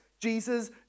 Jesus